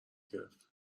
گرفت